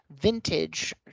vintage